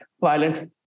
violent